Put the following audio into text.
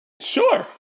Sure